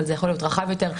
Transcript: אבל זה יכול להיות רחב יותר.